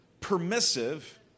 permissive